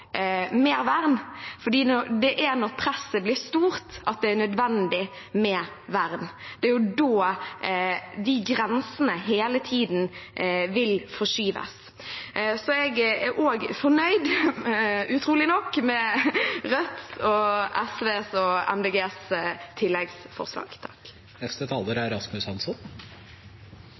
mer vern, for det er når presset blir stort at det er nødvendig med vern. Det er da de grensene hele tiden vil forskyves. Jeg er også fornøyd – utrolig nok – med Rødt, SV og Miljøpartiet De Grønnes tilleggsforslag